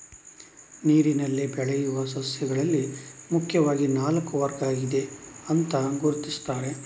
ನೀರಿನಲ್ಲಿ ಬೆಳೆಯುವ ಸಸ್ಯಗಳಲ್ಲಿ ಮುಖ್ಯವಾಗಿ ನಾಲ್ಕು ವರ್ಗ ಇದೆ ಅಂತ ಗುರುತಿಸ್ತಾರೆ